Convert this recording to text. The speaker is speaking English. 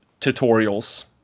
tutorials